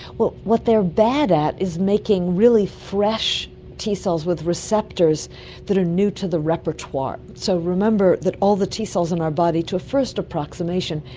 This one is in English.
what what they are bad at is making really fresh t cells with receptors that are new to the repertoire. so remember that all the t cells in our body, to a first approximation,